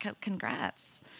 congrats